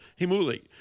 Himuli